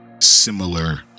similar